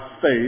faith